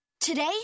Today